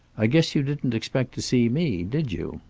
i guess you didn't expect to see me, did you?